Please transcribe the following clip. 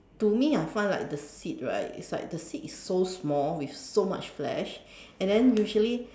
to me I find like the seed right is like the seed is so small with so much flesh and then usually